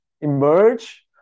emerge